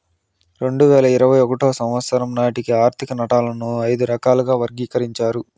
రెండు వేల ఇరవై ఒకటో సంవచ్చరం నాటికి ఆర్థిక నట్టాలను ఐదు రకాలుగా వర్గీకరించారు